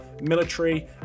military